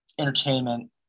Entertainment